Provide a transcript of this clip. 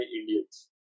Indians